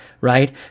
right